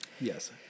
Yes